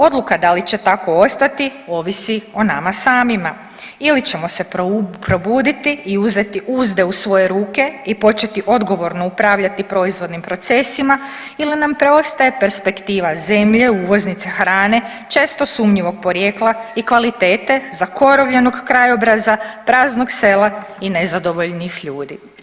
Odluka da li će tako ostati ovisi o nama samima ili ćemo se probuditi i uzeti uzde u svoje ruke i početi odgovorno upravljati proizvodnim procesima ili nam preostaje perspektiva zemlje uvoznice hrane često sumnjivog porijekla i kvalitete zakorovljenog krajobraza, praznog sela i nezadovoljnih ljudi.